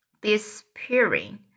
disappearing